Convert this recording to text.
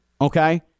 okay